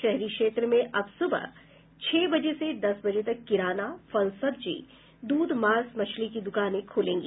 शहरी क्षेत्र में अब सुबह छह बजे से दस बजे तक किराना फल सब्जी दूध मांस मछली की दुकानें खुलेंगी